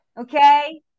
Okay